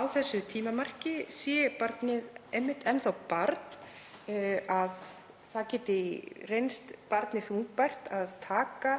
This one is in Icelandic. á því tímamarki sé barnið einmitt enn þá barn, að það geti reynst barni þungbært að taka